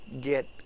get